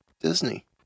Disney